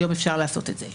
היום אפשר לעשות את זה.